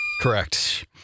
Correct